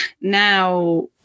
now